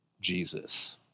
Jesus